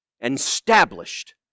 established